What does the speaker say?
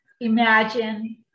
imagine